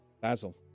Basil